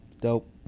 dope